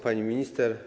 Pani Minister!